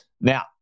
Now